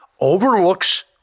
overlooks